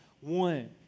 One